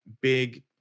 big